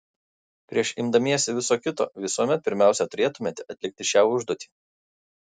prieš imdamiesi viso kito visuomet pirmiausia turėtumėte atlikti šią užduotį